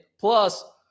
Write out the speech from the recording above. Plus